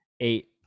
eight –